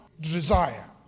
desire